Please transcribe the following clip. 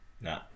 No